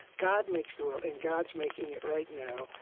god makes the world, and god's making it right now.